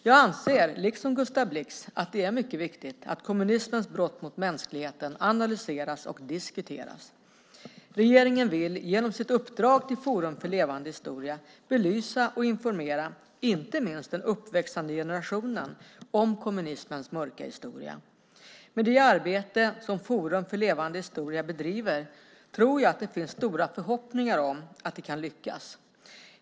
Jag anser, liksom Gustav Blix, att det är mycket viktigt att kommunismens brott mot mänskligheten analyseras och diskuteras. Regeringen vill, genom sitt uppdrag till Forum för levande historia, belysa och informera - inte minst den uppväxande generationen - om kommunismens mörka historia. Med det arbete som Forum för levande historia bedriver tror jag att det finns stora förhoppningar om att det kan lyckas.